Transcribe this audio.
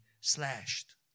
slashed